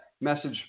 message